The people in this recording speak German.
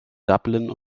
dublin